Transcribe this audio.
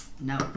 No